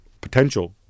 potential